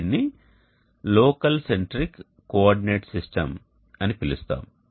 దీనిని local centric coordinate system అని పిలుస్తాము